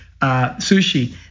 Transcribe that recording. sushi